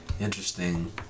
interesting